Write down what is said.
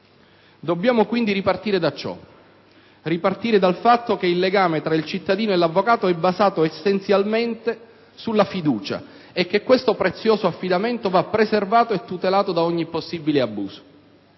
Dobbiamo quindi ripartire da ciò: dal fatto che il legame tra il cittadino e l'avvocato è basato essenzialmente sulla fiducia e che questo prezioso affidamento va preservato e tutelato da ogni possibile abuso.